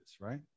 right